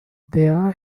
there